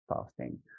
fasting